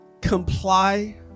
comply